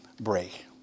break